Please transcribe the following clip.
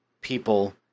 people